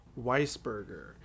Weisberger